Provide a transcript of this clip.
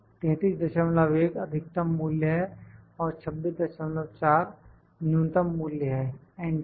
331 अधिकतम मूल्य है और 264 न्यूनतम मूल्य है एंटर